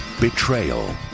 betrayal